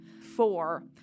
Four